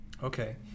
Okay